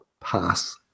pass